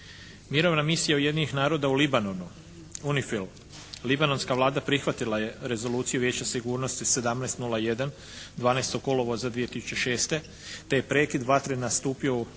Mirovna misija Ujedinjenih naroda u Libanonu, UNIFIL. Libanonska Vlada prihvatila je rezoluciju Vijeća sigurnosti 1701 12. kolovoza 2006. te je prekid vatre nastupio